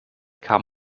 kam